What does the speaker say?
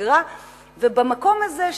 בשגרה ובמקום הזה,